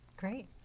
Great